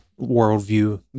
worldview